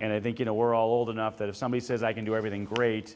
and i think you know we're all old enough that if somebody says i can do everything great